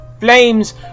Flames